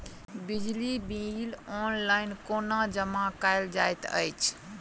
बिजली bill online कोना जमा कएल जाइत अछि?